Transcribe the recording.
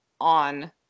on